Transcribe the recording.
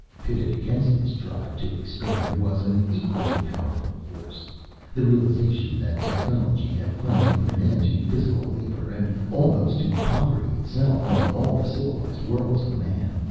pitted against this drive to expand was an equally-powerful force the realization that technology had finally put an end to physical labor and almost to poverty itself on all the civilized worlds of man.